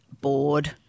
bored